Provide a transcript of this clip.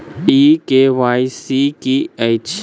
ई KYC की अछि?